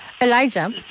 Elijah